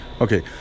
Okay